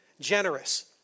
generous